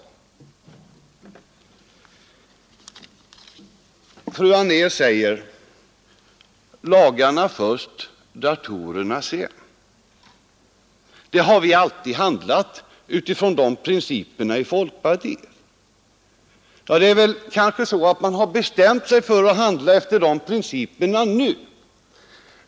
21 april 1972 Fru Anér påstår att folkpartiet alltid har handlat efter principen: ——X-Å— ”Lagarna först — datorerna sedan”. Folkpartiet har kanske bestämt sig Inrättande av ett för att handla efter den principen nu.